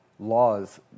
Laws